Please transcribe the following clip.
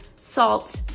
salt